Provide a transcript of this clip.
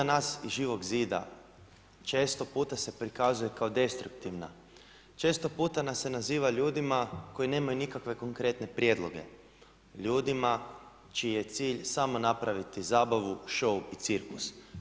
Uloga nas iz Živog zida često puta se prikazuje kao destruktivna, često puta nas se naziva ljudima koji nemaju nikakve konkretne prijedloge, ljudima čiji je cilj samo napraviti zabavu, šou i cirkus.